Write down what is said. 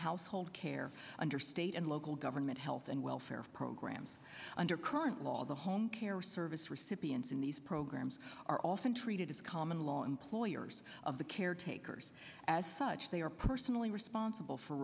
household care under state and local government health and welfare programs under current law the home care service recipients in these programs are often treated as common law employers of the caretakers as such they are personally responsible for